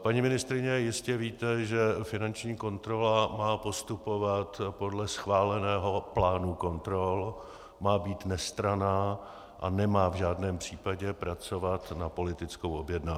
Paní ministryně, jistě víte, že finanční kontrola má postupovat podle schváleného plánu kontrol, má být nestranná a nemá v žádném případě pracovat na politickou objednávku.